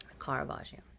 Caravaggio